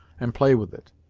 and play with it.